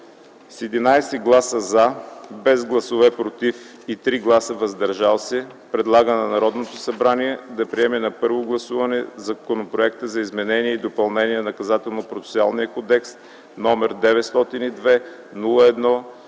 С 11 гласа „за” без „против” и 3 гласа „въздържал се” предлага на Народното събрание да приеме на първо гласуване Законопроекта за изменение и допълнение на Наказателно-процесуалния кодекс, № 902-01-47,